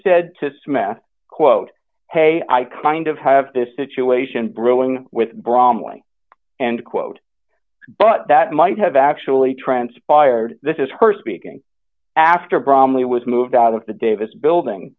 said to smith quote hey i kind of have this situation brewing with bromley and quote but that might have actually transpired this is her speaking after bromley was moved out of the davis building